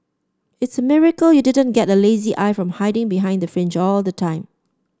it's a miracle you didn't get a lazy eye from hiding behind the fringe all the time